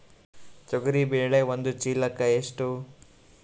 ತೊಗರಿ ಬೇಳೆ ಒಂದು ಚೀಲಕ ಎಷ್ಟು?